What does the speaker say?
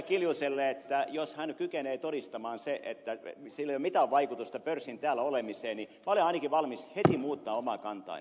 kiljuselle että jos hän kykenee todistamaan sen että sillä ei ole mitään vaikutusta pörssin täällä olemiseen niin minä olen ainakin valmis heti muuttamaan omaa kantaani